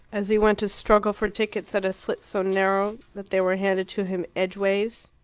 as he went to struggle for tickets at a slit so narrow that they were handed to him edgeways.